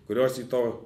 kurios į to